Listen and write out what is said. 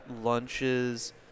lunches